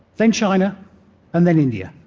then china and then india.